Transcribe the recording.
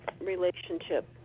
relationship